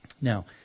Now